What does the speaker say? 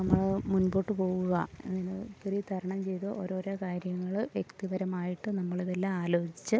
നമ്മൾ മുൻപോട്ട് പോകുക അതിന് ഒത്തിരി തരണം ചെയ്ത് ഓരോരോ കാര്യങ്ങൾ വ്യക്തിപരമായിട്ട് നമ്മളതെല്ലാം ആലോചിച്ച്